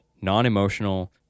non-emotional